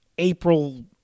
April